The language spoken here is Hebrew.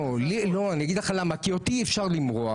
לא, אגיד לך למה, כי אותי אי אפשר למרוח.